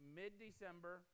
mid-December